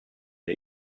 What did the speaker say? der